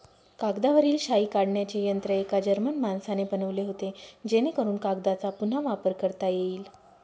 कागदावरील शाई काढण्याचे यंत्र एका जर्मन माणसाने बनवले होते जेणेकरून कागदचा पुन्हा वापर करता येईल